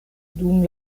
dum